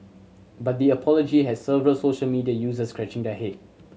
but the apology had several social media users scratching their head